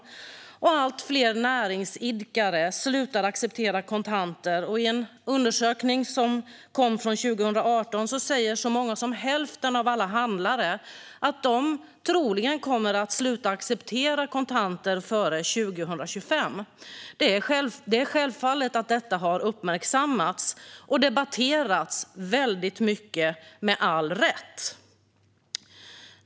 Allt fler näringsidkare slutar acceptera kontanter. I en undersökning från 2018 säger så många som hälften av alla handlare att de troligen kommer att sluta acceptera kontanter före 2025. Det har självfallet uppmärksammats och debatterats väldigt mycket, och med all rätt.